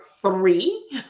three